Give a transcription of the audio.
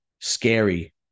scary